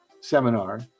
seminar